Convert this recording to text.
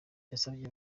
yasabye